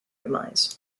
demise